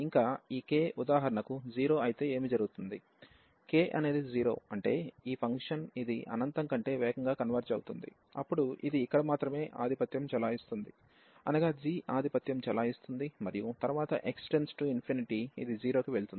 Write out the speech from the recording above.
ఇంకా ఈ k ఉదాహరణకు 0 అయితే ఏమి జరుగుతుంది k అనేది 0 అంటే ఈ ఫంక్షన్ ఇది అనంతం కంటే వేగంగా కన్వెర్జ్ అవుతుంది అప్పుడు ఇది ఇక్కడ మాత్రమే ఆధిపత్యం చెలాయిస్తుంది అనగా g ఆధిపత్యం చెలాయిస్తుంది మరియు తరువాత x →∞ ఇది 0 కి వెళుతుంది